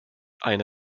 eine